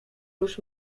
już